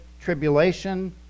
tribulation